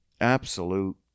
absolute